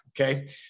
okay